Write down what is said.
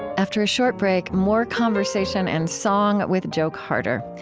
after a short break, more conversation and song with joe carter.